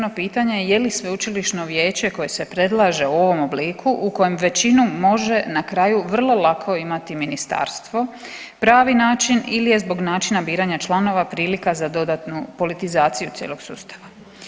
No, pitanja je li sveučilišno vijeće koje se predlaže u ovom obliku u kojem većinom može na kraju vrlo lako imati ministarstvo, pravi način ili je zbog načina biranja članova prilika za dodatnu politizaciju cijelog sustava.